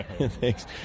Thanks